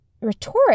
rhetoric